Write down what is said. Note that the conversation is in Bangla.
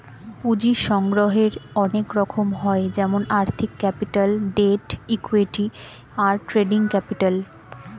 পুঁজির সংগ্রহের অনেক রকম হয় যেমন আর্থিক ক্যাপিটাল, ডেট, ইক্যুইটি, আর ট্রেডিং ক্যাপিটাল